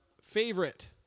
favorite